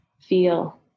feel